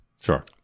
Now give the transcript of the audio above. sure